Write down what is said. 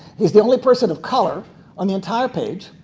he's the only person of color on the entire page.